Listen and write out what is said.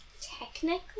Technically